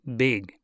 big